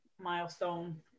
milestone